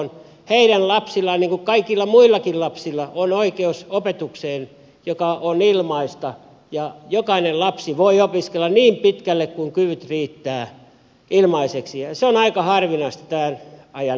heidän lapsillaan niin kuin kaikilla muillakin lapsilla on oikeus opetukseen joka on ilmaista ja jokainen lapsi voi opiskella niin pitkälle kuin kyvyt riittävät ilmaiseksi ja se on aika harvinaista tämän ajan euroopassa